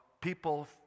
people